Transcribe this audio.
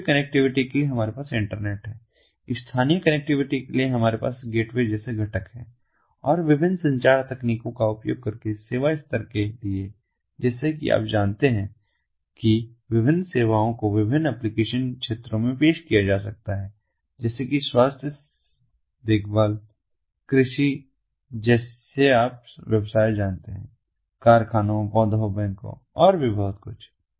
वैश्विक कनेक्टिविटी के लिए हमारे पास इंटरनेट है स्थानीय कनेक्टिविटी के लिए हमारे पास गेटवे जैसे घटक हैं और विभिन्न संचार तकनीकों का उपयोग करके सेवा स्तर के लिए जैसे कि आप जानते हैं कि विभिन्न सेवाओं को विभिन्न एप्लिकेशन क्षेत्रों में पेश किया जा सकता है जैसे कि स्वास्थ्य देखभाल कृषि जिसे आप व्यवसाय जानते हैं कारखानों पौधों बैंकों और भी बहुत कुछ